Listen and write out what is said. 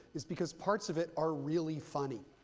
is because parts of it are really funny.